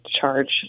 charge